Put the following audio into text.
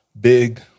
big